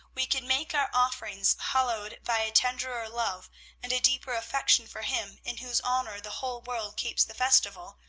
we can make our offerings hallowed by a tenderer love and a deeper affection for him in whose honor the whole world keeps the festival,